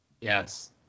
yes